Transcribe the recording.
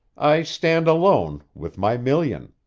i stand alone with my million.